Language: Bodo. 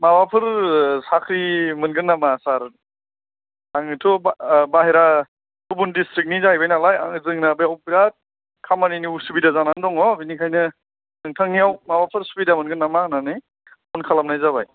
माबाफोर साख्रि मोनगोन नामा सार आङोथ बा बाइहेरा गुबुन डिसथ्रिकनि जाहैबाय नालाय आरो जोंना बेयाव बिराथ खामानिनि असुबिदा जानानै दङ बेनिखायनो नोंथांनियाव माबाफोर सुबिदा मोनगोन नामा होननानै फन खालामनाय जाबाय